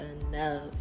enough